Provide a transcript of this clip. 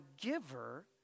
giver